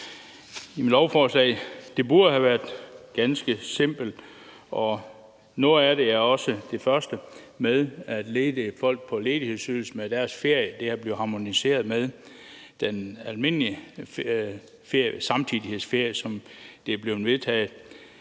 Det lovforslag burde have været ganske simpelt, og noget af det er det også, nemlig det første med, at folk på ledighedsydelse får deres ferie harmoniseret med den almindelige samtidighedsferie, som det er blevet vedtaget.